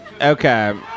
Okay